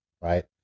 right